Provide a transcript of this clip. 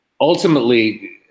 ultimately